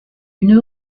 une